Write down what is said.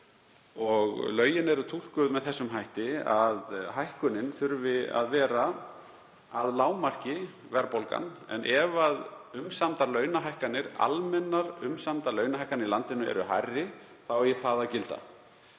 Lögin eru túlkuð með þessum hætti, að hækkunin þurfi að vera að lágmarki verðbólgan. En ef umsamdar launahækkanir, almennar umsamdar launahækkanir í landinu, eru hærri þá eigi það að gilda.